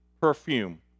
perfume